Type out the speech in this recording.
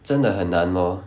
真的很难 lor